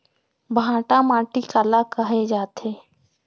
भांटा माटी काला कहे जाथे?